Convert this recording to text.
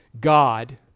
God